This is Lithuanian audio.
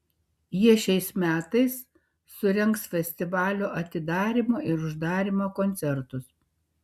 jie šiais metais surengs festivalio atidarymo ir uždarymo koncertus